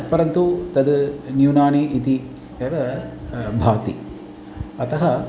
परन्तु तद् न्यूनानि इति एव भाति अतः